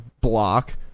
block